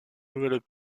nouvelles